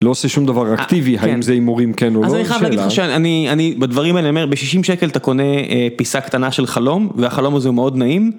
לא עושה שום דבר אקטיבי, האם זה הימורים, כן או לא, היא שאלה. אז אני חייב להגיד לך שאני, בדברים האלה אני אומר, ב-60 שקל אתה קונה פיסה קטנה של חלום, והחלום הזה הוא מאוד נעים.